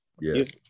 Yes